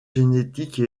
génétique